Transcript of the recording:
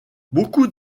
beaucoup